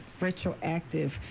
retroactive